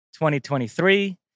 2023